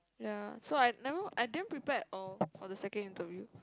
ya so I never I didn't prepare at all for the second interview